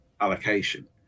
allocation